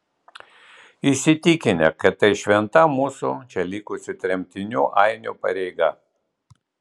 įsitikinę kad tai šventa mūsų čia likusių tremtinių ainių pareiga